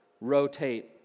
rotate